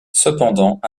cependant